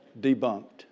Debunked